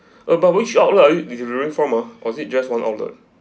uh but which outlet are you delivering from ah or is it just one outlet